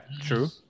true